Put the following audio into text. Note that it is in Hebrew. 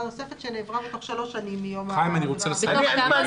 נוספת שנעברה תוך שלוש שנים מיום העבירה הקודמת.